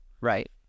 Right